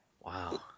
Wow